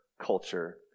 culture